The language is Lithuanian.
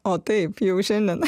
o taip jau šiandien